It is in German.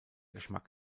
geschmack